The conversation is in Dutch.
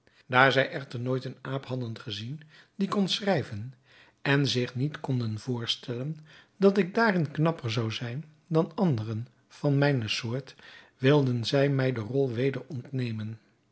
daar zij echter nooit een aap hadden gezien die kon schrijven en zich niet konden voorstellen dat ik daarin knapper zou zijn dan anderen van mijne soort wilden zij mij de rol weder ontnemen